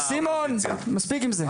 סימון, סימון, מספיק עם זה.